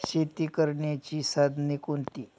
शेती करण्याची साधने कोणती?